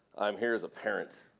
i'm here as a parent,